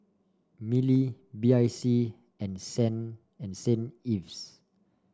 Mili B I C and Saint and Saint Ives